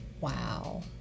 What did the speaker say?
Wow